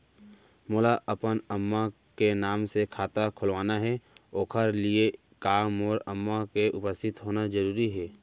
मोला अपन अम्मा के नाम से खाता खोलवाना हे ओखर लिए का मोर अम्मा के उपस्थित होना जरूरी हे?